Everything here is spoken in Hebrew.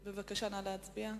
בבקשה, נא להצביע.